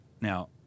Now